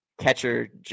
catcher